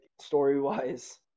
story-wise